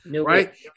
Right